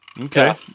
Okay